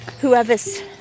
whoever's